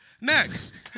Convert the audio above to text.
Next